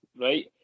right